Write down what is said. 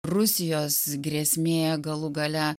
rusijos grėsmė galų gale